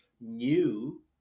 new